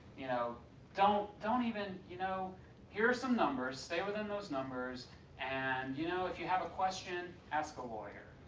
you know don't don't even, you know here are some numbers, say within those numbers and you know if you have a question, ask a lawyer.